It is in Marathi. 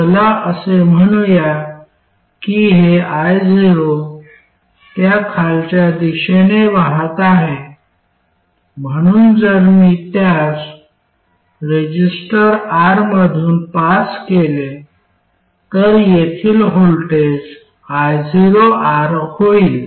चला असे म्हणूया की हे io त्या खालच्या दिशेने वाहत आहे म्हणून जर मी त्यास रेझिस्टर R मधून पास केले तर येथील व्होल्टेज ioR होईल